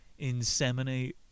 inseminate